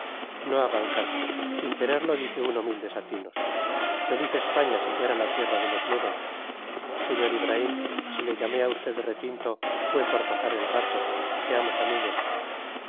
no hagan caso sin quererlo dice uno mil desatinos feliz españa si fuera la tierra de los mudos sr ibraim si le llamé a usted retinto fue por pasar el rato seamos amigos